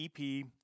EP